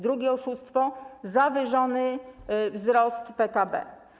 Drugie oszustwo to zawyżony wzrost PKB.